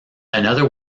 another